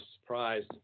surprised